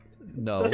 No